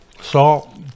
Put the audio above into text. salt